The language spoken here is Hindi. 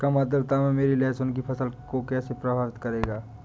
कम आर्द्रता मेरी लहसुन की फसल को कैसे प्रभावित करेगा?